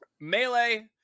Melee